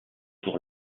pour